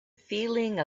feeling